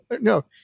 no